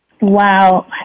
Wow